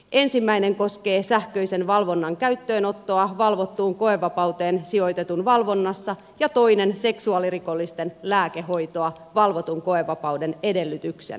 ensimmäinen koskee sähköisen valvonnan käyttöönottoa valvottuun koevapauteen sijoitetun valvonnassa ja toinen seksuaalirikollisten lääkehoitoa valvotun koevapauden edellytyksenä